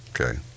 Okay